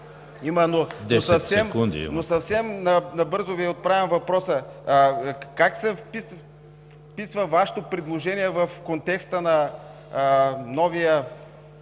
Но съвсем набързо Ви отправям въпроса: как се вписва Вашето предложение в контекста на новия